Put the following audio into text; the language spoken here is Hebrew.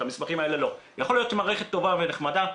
יכול להיות שהמערכת טובה ונחמדה,